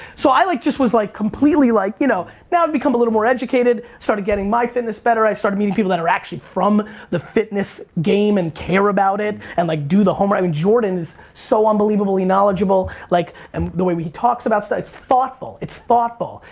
so i was just like completely like, you know, now i've become a little more educated, started getting my fitness better, i've started meeting people that are actually from the fitness game and care about it, and like do the homework. i mean jordan is so unbelievably knowledgeable, like um the way he talks about stuff it's thoughtful. it's thoughtful.